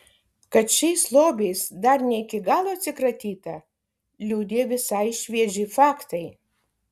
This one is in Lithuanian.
kad šiais lobiais dar ne iki galo atsikratyta liudija visai švieži faktai